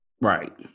Right